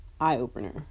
eye-opener